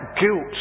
guilt